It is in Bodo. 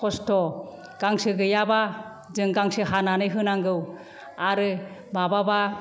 खस्ट' गांसो गैयाबा जों गांसो हानानै होनांगौ आरो माबाबा